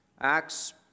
Acts